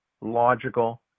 logical